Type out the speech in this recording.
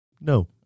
No